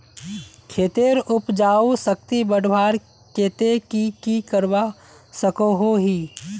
खेतेर उपजाऊ शक्ति बढ़वार केते की की करवा सकोहो ही?